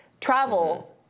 travel—